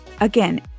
Again